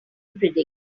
predicted